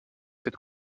cette